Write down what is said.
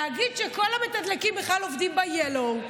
להגיד שכל המתדלקים בכלל עובדים ב-yellow,